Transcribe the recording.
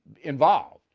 involved